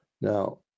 now